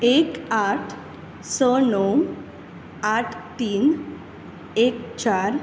एक आठ स णव आठ तीन एक चार